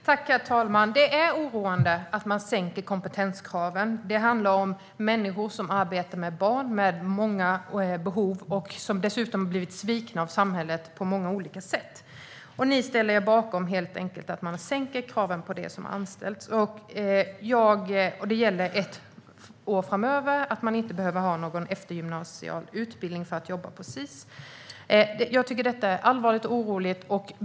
Herr talman! Det är oroande att man sänker kompetenskraven. Det handlar om människor som arbetar med barn med många behov, barn som dessutom har blivit svikna av samhället på många olika sätt. Ni ställer er alltså bakom att man sänker kraven på dem som anställs. Ett år framöver gäller att man inte behöver ha någon eftergymnasial utbildning för att jobba i Sis verksamheter. Jag tycker att detta är allvarligt och oroande.